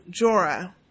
Jorah